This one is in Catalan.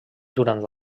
durant